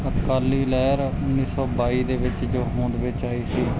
ਅਕਾਲੀ ਲਹਿਰ ਉਨੀ ਸੋ ਬਾਈ ਦੇ ਵਿੱਚ ਜੋ ਹੋਂਦ ਵਿੱਚ ਆਈ ਸੀ